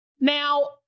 now